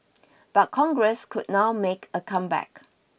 but Congress could now make a comeback